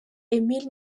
emile